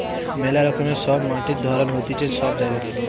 মেলা রকমের সব মাটির ধরণ হতিছে সব জায়গাতে